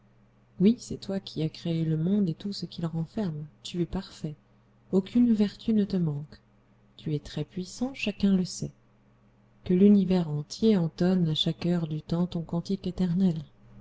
oui c'est toi qui as créé le monde et tout ce qu'il renferme tu es parfait aucune vertu ne te manque tu es très puissant chacun le sait que l'univers entier entonne à chaque heure du temps ton cantique éternel